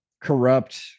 corrupt